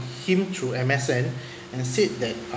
him through M_S_N and said that uh